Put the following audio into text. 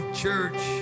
church